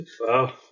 wow